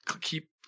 keep